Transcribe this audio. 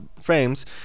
frames